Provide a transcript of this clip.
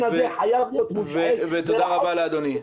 הזה חייב להיות מושעה ו --- תודה רבה לאדוני.